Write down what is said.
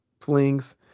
flings